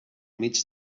mig